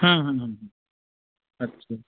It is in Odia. ହୁଁ ହୁଁ ଆଚ୍ଛା